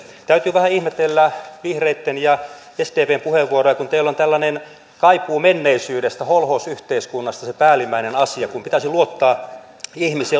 täytyy vähän ihmetellä vihreitten ja sdpn puheenvuoroja kun teillä on tällainen kaipuu menneisyydestä ja holhousyhteiskunnasta se päällimmäinen asia kun pitäisi luottaa ihmisiin ja